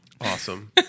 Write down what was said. Awesome